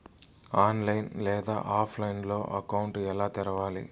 online లేదా ఆఫ్లైన్లో account ఎలా తెరవాలి